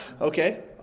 okay